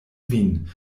vin